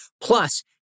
Plus